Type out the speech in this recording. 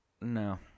No